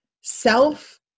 self